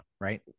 right